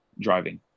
driving